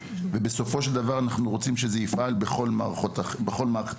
כשבסופו של דבר אנחנו רוצים שזה יפעל בכל מערכת החינוך.